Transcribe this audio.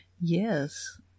Yes